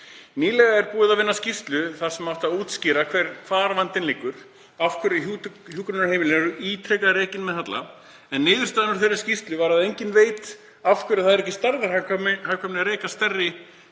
Nýlega var unnin skýrsla sem átti að útskýra hvar vandinn lægi, af hverju hjúkrunarheimilin eru ítrekað rekin með halla. Niðurstaðan úr þeirri skýrslu var sú að enginn veit af hverju það er ekki stærðarhagkvæmni að reka stærri